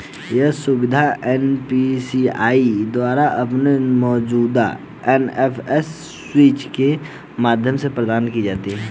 यह सुविधा एन.पी.सी.आई द्वारा अपने मौजूदा एन.एफ.एस स्विच के माध्यम से प्रदान की जाती है